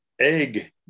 egg